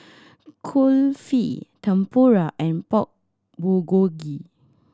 Kulfi Tempura and Pork Bulgogi